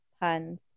puns